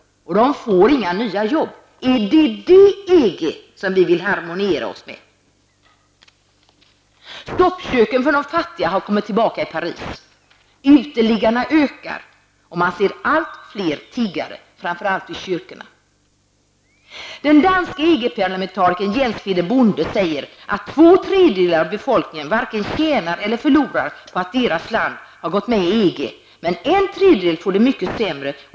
De får inga nya jobb. Är det detta EG som vi vill harmonisera oss med? Soppköken för de fattiga har kommit tillbaka i Paris. Uteliggarna har ökat i antal. Man ser allt fler tiggare, framför allt vid kyrkorna. Bonde säger att två tredjedelar av befolkningen varken tjänar eller förlorar på att deras land har gått med i EG, men en tredjedel får det mycket sämre.